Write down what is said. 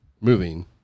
moving